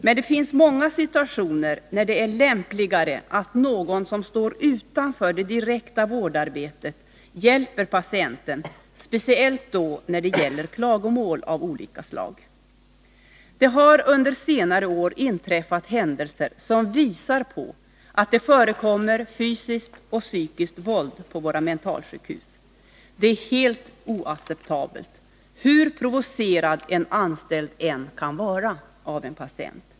Men det finns många situationer där det är lämpligare att någon som står utanför det direkta vårdarbetet hjälper patienten, speciellt då det gäller klagomål av olika slag. Det har under senare år inträffat händelser som visar att det förekommer fysiskt och psykiskt våld på våra mentalsjukhus. Det är helt oacceptabelt, hur provocerad en anställd än kan vara av en patient.